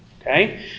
Okay